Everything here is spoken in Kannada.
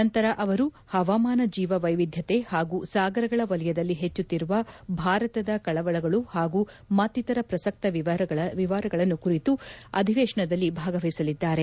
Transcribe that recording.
ನಂತರ ಅವರು ಹವಾಮಾನ ಜೀವವೈವಿಧ್ಯತೆ ಹಾಗೂ ಸಾಗರಗಳ ವಲಯದಲ್ಲಿ ಹೆಚ್ಚುತ್ತಿರುವ ಭಾರತದ ಕಳವಳಗಳು ಹಾಗೂ ಮತ್ತಿತ್ತರ ಪ್ರಸಕ್ತ ವಿವಾರಗಳನ್ನು ಕುರಿತ ಅಧಿವೇಶನದಲ್ಲಿ ಭಾಗವಹಿಸಲಿದ್ದಾರೆ